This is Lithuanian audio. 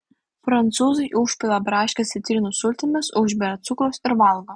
prancūzai užpila braškes citrinų sultimis užberia cukraus ir valgo